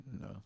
No